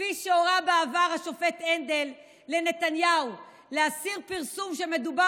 כפי שהורה בעבר השופט הנדל לנתניהו להסיר פרסום שמדבר